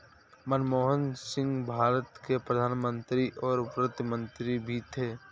मनमोहन सिंह भारत के प्रधान मंत्री और वित्त मंत्री भी थे